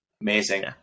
Amazing